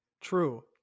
True